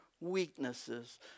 Weaknesses